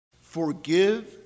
forgive